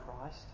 Christ